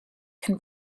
can